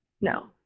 No